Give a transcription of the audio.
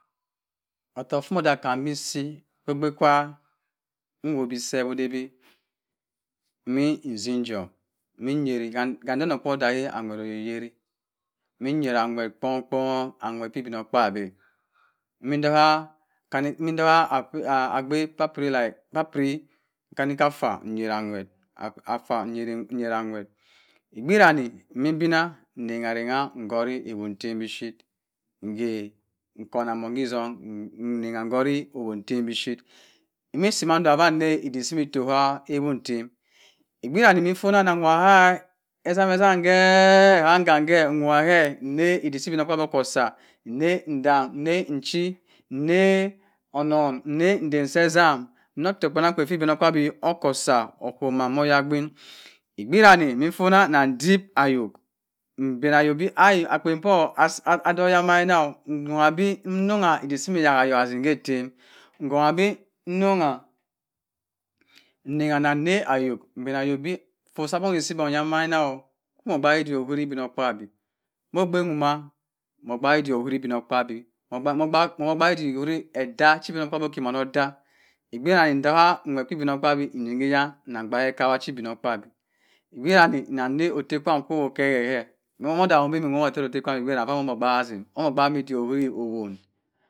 Otokk fumuh ndakanbi si ogbe kwa nwobese odebi meh nsibjom meh inyeri hanynofa odadaghe anwer yeh yeri min yera anwer kpong kpongho anwer peh obino kpasi amin ntagha agbe pah piri nkanika anfa nyera anwer anfa nyeran nwer egbiranne mme mbina nbengha rengha wontemi ship nghe nkonan mem ki etong nnagha nhore ohontemi ship misi wandag uwanne edik si mi etoha ewon ntem mbira ntimi nfonah anenwa ha esam esam keh anham keh nne edik soh obino kpabi oko osa nne nchi nne nten seh esam nne otokk kpenang kpen fih obino kpa hoh okusa okwom ma oyagbin egbira nen mbeh mfuna andep ayok mbana ayok beh eyok akpen poh atoyamah nnongha nounghe bi nongha edik simi yakayas k etem nkon abi nongha negha na nneh ayok mbena ayok bhe efoh sabanghe esi bangha yamah kwu moh ogbaak udik oheri obin okpabi moh ogbe womma moh ogbsak edik oheri obinokpabi moh gbaak idik ore edah che obinokpabo odomaneda ogbera ntagha nwer keh obin okpabi nyin ki eyan mgbaak ekawa cho obinokpa bi mbira mme nah nne otrkwam okebehe momno odagho mbe mb nteno otekwam omo gbaak asin ammo gbaadik awe owon.